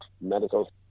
medical